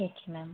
ठीक है मैम